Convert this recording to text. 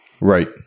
Right